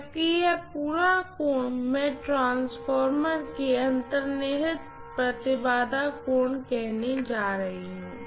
जबकि यह पूरा कोण मैं ट्रांसफार्मर के अंतर्निहित प्रतिबाधा कोण कहने जा रही हूँ